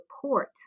support